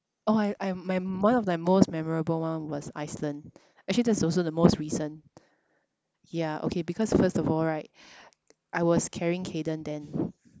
orh I I'm my one of my most memorable one was Iceland actually that's also the most recent yeah okay because first of all right I was carrying kayden then